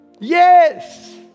Yes